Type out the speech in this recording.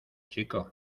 chico